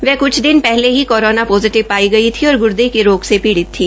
वह कुछ दिन पहले ही कोरोना पॉजीटिव पाई गई थी और गुर्दे के रोग से पीड़ित थी